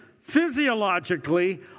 physiologically